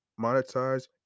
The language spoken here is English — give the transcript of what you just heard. monetize